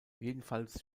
jedenfalls